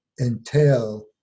entail